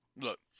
Look